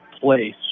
place